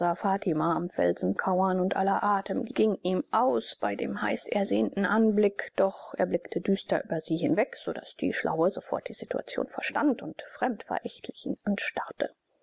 fatima am felsen kauern und aller atem ging ihm aus bei dem heißersehnten anblick doch er blickte düster über sie hinweg so daß die schlaue sofort die situation verstand und fremd verächtlich ihn anstarrte